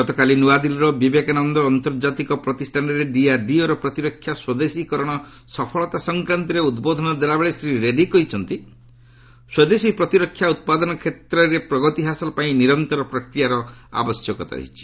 ଗତକାଲି ନ୍ତଆଦିଲ୍ଲୀର ବିବେକାନନ୍ଦ ଆନ୍ତର୍ଜାତିକ ପ୍ରତିଷ୍ଠାନରେ ଡିଆର୍ଡିଓର ପ୍ରତିରକ୍ଷା ସ୍ୱଦେଶୀକରଣ ସଫଳତା ସଂକ୍ରାନ୍ତରେ ଉଦ୍ବୋଧନ ଦେଲାବେଳେ ଶ୍ରୀ ରେଡ୍ରୀ କହିଛନ୍ତି ସ୍ୱଦେଶୀ ପ୍ରତିରକ୍ଷା ଉତ୍ପାଦନ କ୍ଷେତ୍ରରେ ପ୍ରଗତି ହାସଲ ପାଇଁ ନିରନ୍ତର ପ୍ରକ୍ରିୟାର ଆବଶ୍ୟକତା ରହିଛି